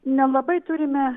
nelabai turime